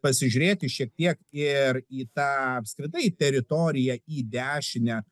pasižiūrėti šiek tiek ir į tą apskritai teritoriją į dešinę